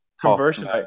conversion